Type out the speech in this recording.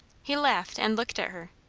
he laughed, and looked at her.